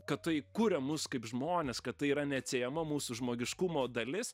kad tai kuria mus kaip žmones kad tai yra neatsiejama mūsų žmogiškumo dalis